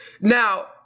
Now